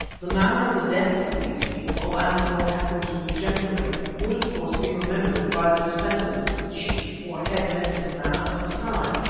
the manner of the deaths of these people and of what happened to them generally would of course be remembered by the descendants of the chief or head medicine-man of the tribe.